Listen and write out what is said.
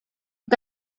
que